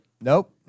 Nope